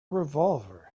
revolver